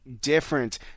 different